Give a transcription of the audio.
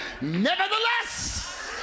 Nevertheless